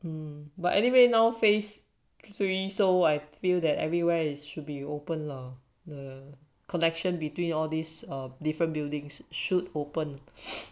um but anyway now face three so I feel that everywhere is should be open lah the connection between all these are different buildings should open